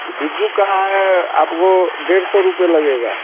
ये बिज्जू का है आपको डेढ़ सौ रुपये लगेगा